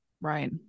Right